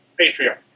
Patreon